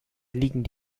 liegen